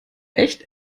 echt